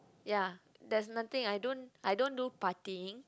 ya there's nothing I don't I don't do partying